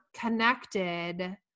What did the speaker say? connected